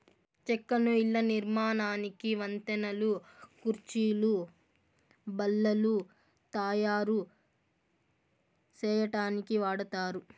చెక్కను ఇళ్ళ నిర్మాణానికి, వంతెనలు, కుర్చీలు, బల్లలు తాయారు సేయటానికి వాడతారు